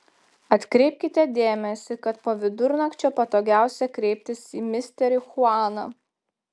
atkreipkite dėmesį kad po vidurnakčio patogiausia kreiptis į misterį chuaną